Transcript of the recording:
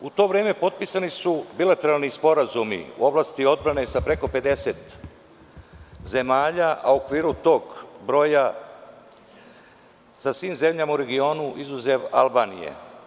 U to vreme potpisani su bilateralni sporazumi u oblasti odbrane sa preko 50 zemalja, a u okviru tog broja, sa svim zemljama u regionu, izuzev Albanije.